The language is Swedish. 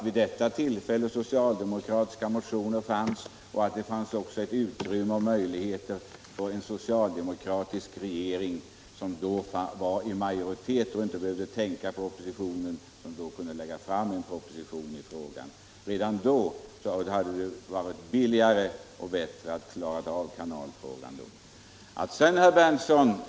Vid detta tillfälle fanns det socialdemokratiska motioner, och det fanns också utrymme och möjligheter för en socialdemokratisk regering — socialdemokraterna var då i majoritet och behövde inte tänka på oppositionen — att lägga fram en proposition i frågan. Det hade varit ännu billigare och bättre att redan då klara av kanalfrågan.